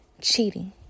cheating